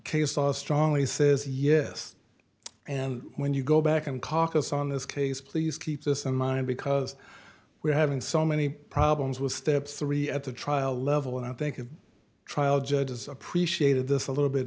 law strongly says yes and when you go back and caucus on this case please keep this in mind because we're having so many problems with step three at the trial level and i think a trial judge has appreciated this a little bit